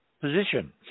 position